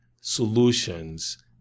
solutions